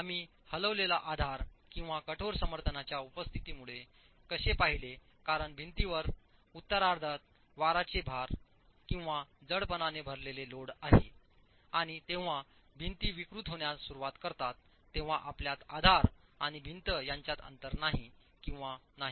आम्हीहलवलेलाआधार किंवा कठोर समर्थनांच्याउपस्थितीमुळे कसेपाहिलेकारणभिंतीवर उत्तरार्धात वाराचे भार किंवा जडपणाने भरलेले लोड आहे आणि जेव्हा भिंती विकृत होण्यास सुरवात करतात तेव्हा आपल्यात आधार आणि भिंत यांच्यात अंतर नाही किंवा नाही